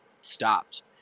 stopped